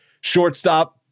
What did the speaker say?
shortstop